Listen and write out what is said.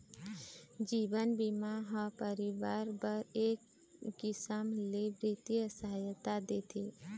जीवन बीमा ह परिवार बर एक किसम ले बित्तीय सहायता देथे